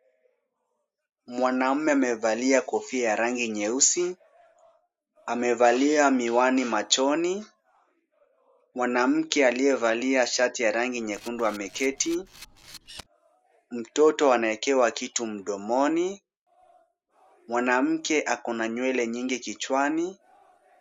Mwanume amevalia kofia ya rangi nyeusi. Amevalia miwani machoni. Mwanamke aliyevalia shati ya rangi nyekundu ameketi. Mtoto anawekewa kitu mdomoni. Mwanamke ako na nywele nyingi kichwani.